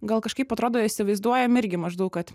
gal kažkaip atrodo įsivaizduojam irgi maždaug kad